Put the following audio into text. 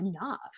enough